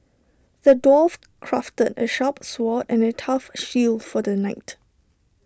the dwarf crafted A sharp sword and A tough shield for the knight